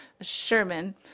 Sherman